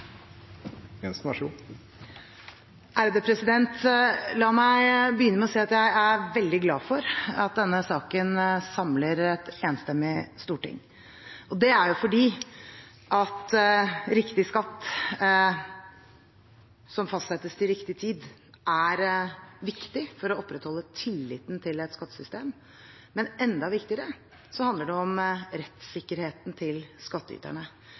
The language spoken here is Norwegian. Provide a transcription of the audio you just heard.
veldig glad for at det er et enstemmig storting i denne saken. Det er fordi riktig skatt, som fastsettes til riktig tid, er viktig for å opprettholde tilliten til et skattesystem. Men enda viktigere er at det handler om rettssikkerheten til